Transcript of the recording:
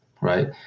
Right